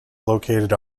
located